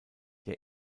der